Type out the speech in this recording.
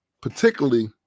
particularly